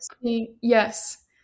yes